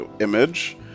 image